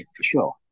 sure